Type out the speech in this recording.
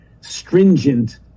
stringent